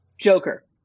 Joker